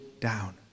down